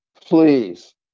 Please